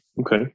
Okay